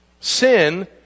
Sin